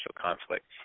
conflict